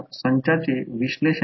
तर हे लहान i1 आहे हे लहान i1 मिळेल